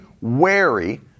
wary